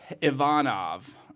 Ivanov